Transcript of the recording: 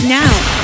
now